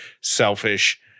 selfish